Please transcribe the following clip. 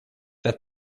that